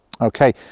Okay